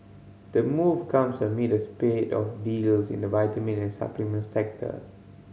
the move comes amid a spate of deals in the vitamin and supplement sector